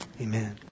Amen